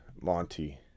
Monty